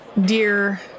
dear